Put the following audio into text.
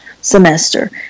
semester